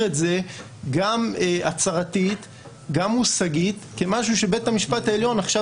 את זה גם הצהרתית וגם מושגית כמשהו שבית המשפט העליון עכשיו